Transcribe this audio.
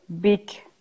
big